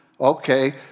Okay